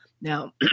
Now